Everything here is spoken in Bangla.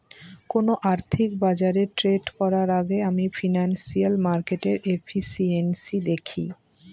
কোন আর্থিক বাজারে ট্রেড করার আগেই আমি ফিনান্সিয়াল মার্কেটের এফিসিয়েন্সি দেখি